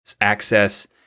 access